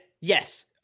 yes